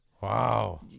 wow